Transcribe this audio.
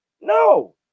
No